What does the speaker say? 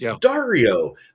Dario